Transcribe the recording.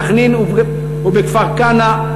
בסח'נין ובכפר-כנא,